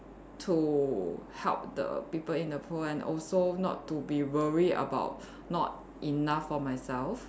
to help the people in the poor and also not to be worried about not enough for myself